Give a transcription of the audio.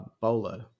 Bolo